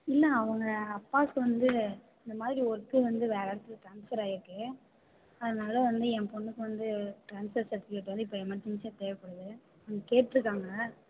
இல்லை அவங்க அப்பாவுக்கு வந்து இந்தமாதிரி ஒர்க்கு வந்து வேறு இடத்துல ட்ரான்ஸ்ஃபர் ஆகியிருக்கு அதனால் வந்து என் பொண்ணுக்கு வந்து ட்ரான்ஸ்ஃபர் சர்ட்டிவிகேட் வந்து இப்போ எமர்ஜென்சியாக தேவைப்படுது ம் கேட்டுருக்காங்க